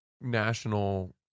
national